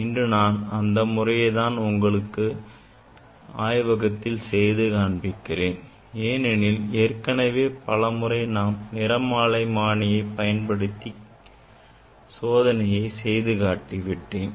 இன்று நான் அந்த முறையை உங்களுக்கு இன்று ஆய்வகத்தில் செய்து காண்பிக்கிறேன் ஏனெனில் ஏற்கனவே பலமுறை நான் நிறமாலைமானி பயன்படுத்தி கோணத்தை கண்டறியும் சோதனையை செய்து காட்டி விட்டேன்